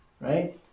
Right